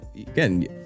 again